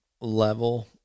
level